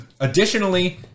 Additionally